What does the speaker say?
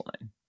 line